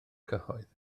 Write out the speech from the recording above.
cyhoedd